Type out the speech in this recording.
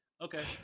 okay